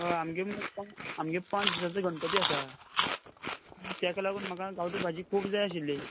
हय आमगे आमगे पांच दीसाचो गणपती आसा तेका लागून म्हाका गांवठी भाजी खूब जाय आशिल्ली